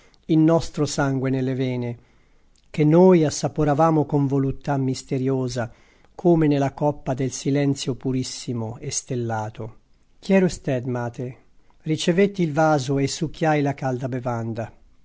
il nostro sangue nelle vene che noi assaporavamo con voluttà misteriosa come nella coppa del silenzio purissimo e stellato quiere usted mate ricevetti il vaso e succhiai la calda bevanda